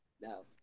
no